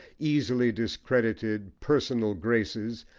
easily discredited, personal graces,